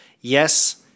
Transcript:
Yes